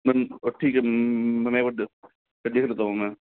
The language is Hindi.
मैम ठीक है मैं एक बार देख लेता हूँ मैं